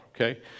okay